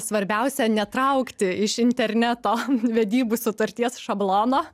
svarbiausia netraukti iš interneto vedybų sutarties šablono